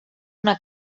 una